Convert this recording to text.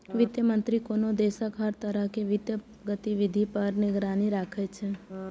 वित्त मंत्री कोनो देशक हर तरह के वित्तीय गतिविधि पर निगरानी राखै छै